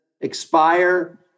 expire